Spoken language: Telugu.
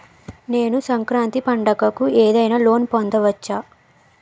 నేను సంక్రాంతి పండగ కు ఏదైనా లోన్ పొందవచ్చా?